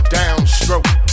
downstroke